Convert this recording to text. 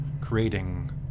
creating